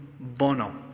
Bono